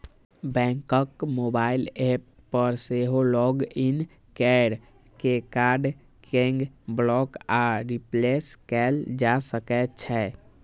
बैंकक mobile app पर सेहो लॉग इन कैर के कार्ड कें ब्लॉक आ रिप्लेस कैल जा सकै छै